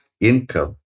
income